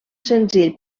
senzill